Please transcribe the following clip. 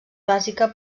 bàsica